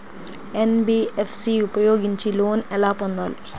NBFC ఉపయోగించి loan ఎలా పొందాలి?